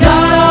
God